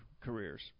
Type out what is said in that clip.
careers